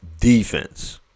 defense